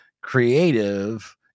creative